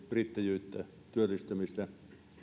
yrittäjyyttä työllistymistä tai